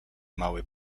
mały